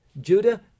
judah